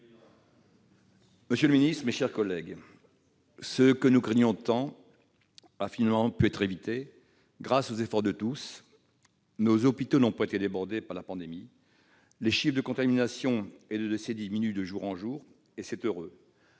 monsieur le ministre, mes chers collègues, ce que nous craignions tant a finalement pu être évité grâce aux efforts de chacun. Nos hôpitaux n'ont pas été débordés par la pandémie ; les chiffres relatifs aux contaminations et aux décès diminuent de jour en jour, et c'est heureux.